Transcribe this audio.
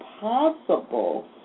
possible